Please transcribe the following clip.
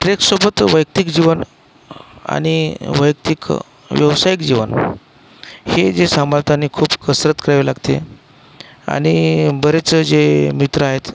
ट्रेससोबत वैयक्तिक जीवन आणि वैयक्तिक व्यावसायिक जीवन हे जे सांभाळताना खूप कसरत करावी लागते आणि बरेच जे मित्र आहेत